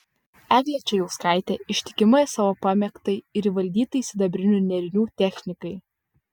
eglė čėjauskaitė ištikima savo pamėgtai ir įvaldytai sidabrinių nėrinių technikai